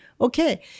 Okay